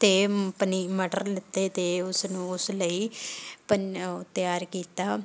ਅਤੇ ਪਨੀ ਮਟਰ ਲਿੱਤੇ ਅਤੇ ਉਸ ਨੂੰ ਉਸ ਲਈ ਪਨ ਤਿਆਰ ਕੀਤਾ